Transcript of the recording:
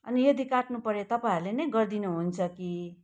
अनि यदि काटनु परे तपाईँहरूले नै गरिदिनु हुन्छ कि